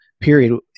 Period